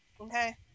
Okay